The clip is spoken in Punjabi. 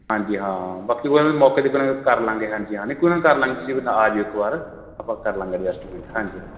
ਹਾਂਜੀ ਹਾਂ ਬਾਕੀ ਕੋਈ ਗੱਲ ਨਹੀਂ ਮੌਕੇ 'ਤੇ ਕੁਛ ਨਾ ਕੁ ਕਰ ਲਾਂਗੇ ਹਾਂਜੀ ਹਾਂ ਨਹੀਂ ਕੋਈ ਗੱਲ ਨਹੀਂ ਕਰ ਲਾਂਗੇ ਤੁਸੀਂ ਆ ਜਿਓ ਇੱਕ ਵਾਰ ਆਪਾਂ ਕਰ ਲਾਂਗੇ ਅਡਜਸਟਮੈਂਟ ਹਾਂਜੀ ਹਾਂ